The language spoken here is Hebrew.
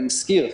אני מזכיר,